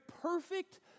perfect